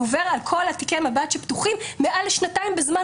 על כל תיקי המב"ד שפתוחים מעל לשנתיים בזמן